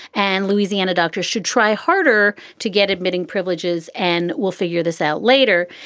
and louisiana doctors should try harder to get admitting privileges. and we'll figure this out later.